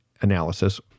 analysis